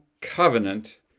covenant